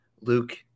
Luke